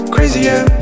Crazier